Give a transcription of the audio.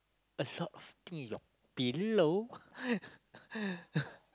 a short of thing your pillow